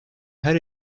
her